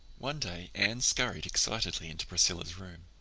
one day anne scurried excitedly into priscilla's room.